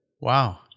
Wow